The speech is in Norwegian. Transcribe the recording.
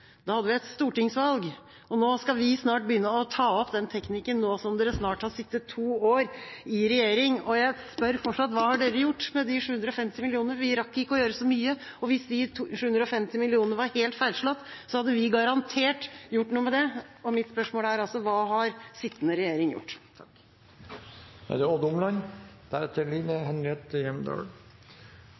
Da hadde vi et stortingsvalg. Og nå skal vi snart begynne å ta opp den samme teknikken, nå som dere snart har sittet to år i regjering! Og jeg spør fortsatt: Hva har dere gjort med de 750 millionene? Vi rakk ikke å gjøre så mye, og hvis de 750 millionene var helt feilslått, hadde vi garantert gjort noe med det, og mitt spørsmål er altså: Hva har sittende regjering gjort? Representanten Odd Omland